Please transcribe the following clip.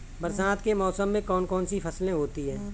बरसात के मौसम में कौन कौन सी फसलें होती हैं?